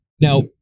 Now